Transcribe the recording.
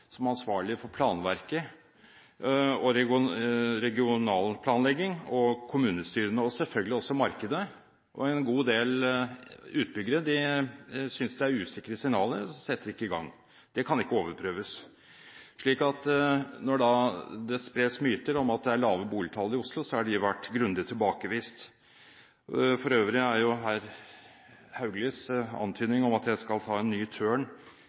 er ansvarlig for planverket, regional planlegging og kommunestyrene, og selvfølgelig også markedet. En god del utbyggere synes det er usikre signaler og setter ikke i gang. Det kan ikke overprøves. Når det spres myter om at det er lave boligtall i Oslo, har de vært grundig tilbakevist. For øvrig er herr Hauglis antydning om at jeg skal ta en ny